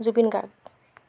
Zubeen Garg